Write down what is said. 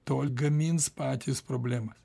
tol gamins patys problemas